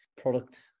product